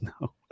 no